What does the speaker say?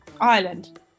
Ireland